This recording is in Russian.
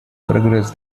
прогресс